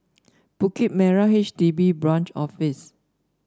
Bukit Merah H D B Branch Office